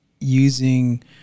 using